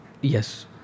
Yes